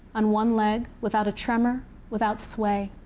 on one leg, without a tremor, without sway.